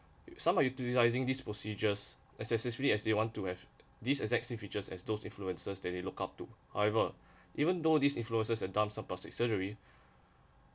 some are utilising these procedures as necessary as you want to have this exact same features as those influencers that you look up to however even though these influencers have done some plastic surgery